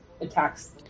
attacks